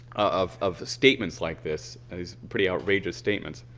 of of statements like this and it's pretty outrageous statements.